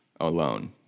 alone